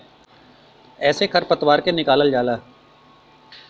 एसे खर पतवार के निकालल जाला